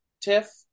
TIFF